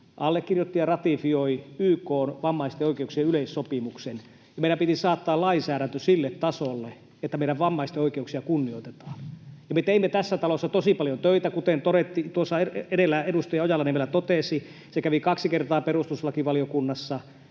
allekirjoitti ja ratifioi YK:n vammaisten oikeuksien yleissopimuksen, ja meidän piti saattaa lainsäädäntö sille tasolle, että meidän vammaisten oikeuksia kunnioitetaan, ja me teimme tässä talossa tosi paljon töitä. Kuten tuossa edellä edustaja Ojala-Niemelä totesi, se kävi kaksi kertaa perustuslakivaliokunnassa,